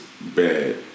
bad